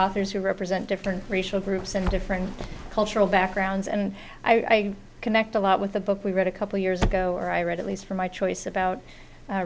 authors who represent different racial groups and different cultural backgrounds and i connect a lot with the book we read a couple years ago or i read at least from my choice about